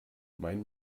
mein